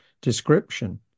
description